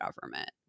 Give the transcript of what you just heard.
government